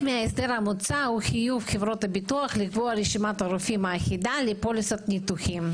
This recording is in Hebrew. הוא חיוב חברות הביטוח לקבוע רשימת רופאים אחידה לפוליסת ניתוחים,